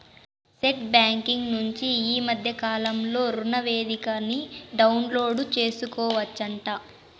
net banking నుంచి ఈ మద్దె కాలంలో రుణనివేదికని డౌన్లోడు సేసుకోవచ్చంట